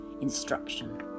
instruction